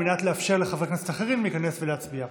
מנת לאפשר לחברי הכנסת האחרים להיכנס ולהצביע.